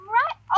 right